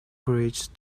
bridge